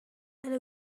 die